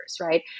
right